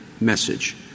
message